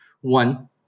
One